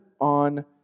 on